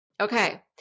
okay